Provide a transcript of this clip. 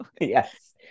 Yes